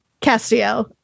castiel